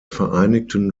vereinigten